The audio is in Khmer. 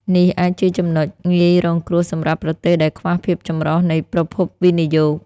នេះអាចជាចំណុចងាយរងគ្រោះសម្រាប់ប្រទេសដែលខ្វះភាពចម្រុះនៃប្រភពវិនិយោគ។